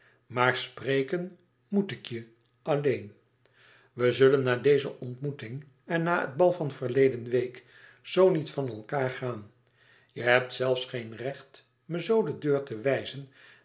maar spreken moet ik je alleen we kunnen na onze ontmoeting en na het bal van verleden week zoo niet van elkaâr gaan je hebt zelfs geen recht me zoo de deur te wijzen